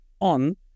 on